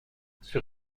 sur